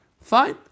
Fine